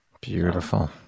Beautiful